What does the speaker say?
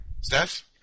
Steph